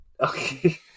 Okay